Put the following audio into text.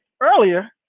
earlier